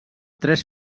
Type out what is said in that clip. tres